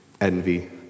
envy